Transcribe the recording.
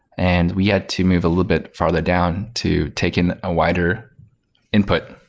and we had to move a little bit father down to take in a wider input,